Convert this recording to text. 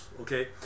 okay